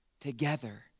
together